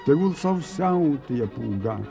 tegul sau siautėja pūga